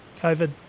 COVID